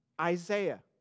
Isaiah